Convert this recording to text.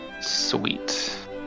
Sweet